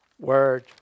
word